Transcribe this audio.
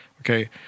okay